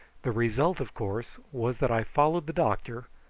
the result, of course, was that i followed the doctor,